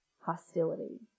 Hostility